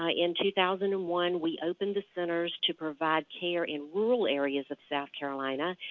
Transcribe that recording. ah in two thousand and one, we opened the centers to provide care in rural areas of south carolina.